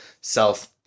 self